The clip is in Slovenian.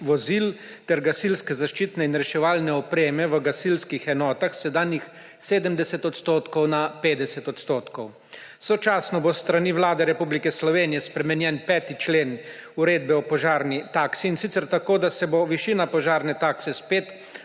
vozil ter gasilske zaščitne in reševalne opreme v gasilskih enotah s sedanjih 70 % na 50 %. Sočasno bo s strani Vlade Republike Slovenije spremenjen 5. člen Uredbe o požarni taksi, in sicer tako, da se bo višina požarne takse iz